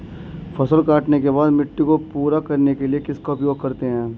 फसल काटने के बाद मिट्टी को पूरा करने के लिए किसका उपयोग करते हैं?